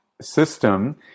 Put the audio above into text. system